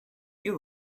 you